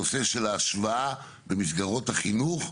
הנושא של ההשוואה במסגרות החינוך,